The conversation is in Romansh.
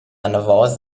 anavos